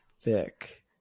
thick